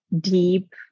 deep